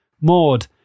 Maud